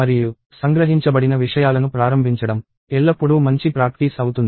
మరియు సంగ్రహించబడిన విషయాలను ప్రారంభించడం ఎల్లప్పుడూ మంచి అభ్యాసం అవుతుంది